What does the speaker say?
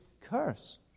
curse